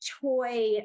toy